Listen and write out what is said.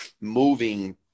moving